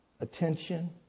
attention